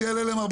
הוועדה.